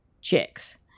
chicks